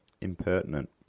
Impertinent